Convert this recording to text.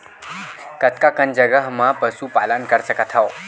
कतका कन जगह म पशु पालन कर सकत हव?